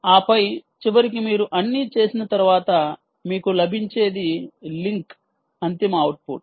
ఆపై చివరికి మీరు అన్నీ చేసిన తర్వాత మీకు లభించేది లింక్ అంతిమ అవుట్పుట్